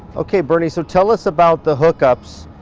okay bernie, so tell us about the hookups.